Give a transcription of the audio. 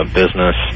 business